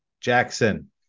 Jackson